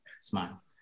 Smile